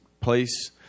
place